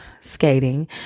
skating